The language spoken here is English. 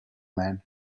man